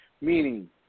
meaning